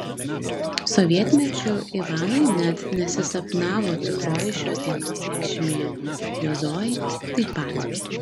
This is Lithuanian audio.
sovietmečiu ivanui net nesisapnavo tikroji šios dienos reikšmė jo zojai taip pat